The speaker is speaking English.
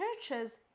churches